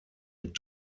mit